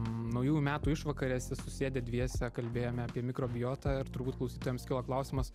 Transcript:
naujųjų metų išvakarėse susėdę dviese kalbėjome apie mikrobiotą ir turbūt klausytojams kilo klausimas